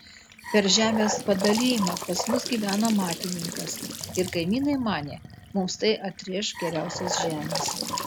per žemės padalijimą pas mus gyveno matininkas ir kaimynai manė mums tai atrėš geriausios žemės